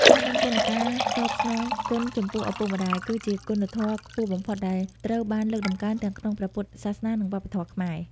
ការដឹងគុណ និងការតបស្នងគុណចំពោះឪពុកម្តាយ គឺជាគុណធម៌ខ្ពស់បំផុតដែលត្រូវបានលើកតម្កើងទាំងក្នុងព្រះពុទ្ធសាសនា និងវប្បធម៌ខ្មែរ។